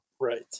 Right